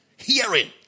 Hearing